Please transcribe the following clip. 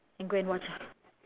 you go and watch ah